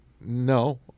no